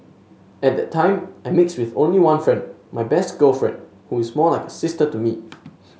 at that time I mixed with only one friend my best girlfriend who is more like a sister to me